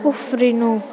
उफ्रिनु